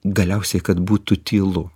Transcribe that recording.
galiausiai kad būtų tylu